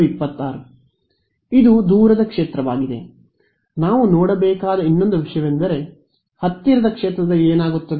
ಇದು ದೂರದ ಕ್ಷೇತ್ರವಾಗಿದೆ ನಾವು ನೋಡಬೇಕಾದ ಇನ್ನೊಂದು ವಿಷಯವೆಂದರೆ ಹತ್ತಿರದ ಕ್ಷೇತ್ರದಲ್ಲಿ ಏನಾಗುತ್ತದೆ